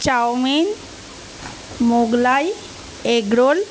chowmein Mughlai egg roll